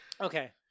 Okay